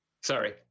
Sorry